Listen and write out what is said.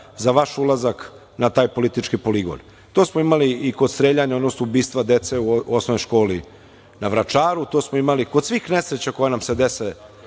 za vaš ulazak na taj politički poligon. To smo imali i kod streljana, odnosno ubistva dece u Osnovnoj školi na Vračaru, to smo imali kod svih nesreća koje nam se dese